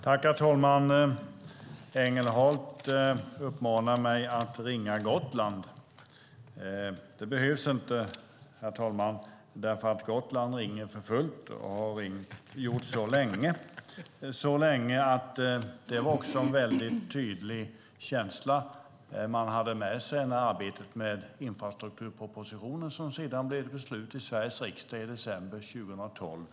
Herr talman! Engelhardt uppmanar mig att ringa Gotland. Det behövs inte, för Gotland ringer för fullt och har gjort så länge - så länge att det också var en väldigt tydlig känsla man hade med sig när arbetet med infrastrukturpropositionen blev ett beslut i Sveriges riksdag i december 2012.